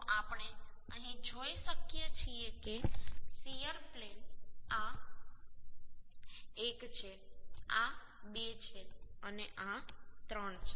તો આપણે અહીં જોઈ શકીએ છીએ કે શીયર પ્લેન આ એક છે આ બે છે અને આ ત્રણ છે